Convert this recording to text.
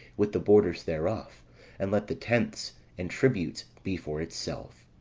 with the borders thereof and let the tenths, and tributes be for itself.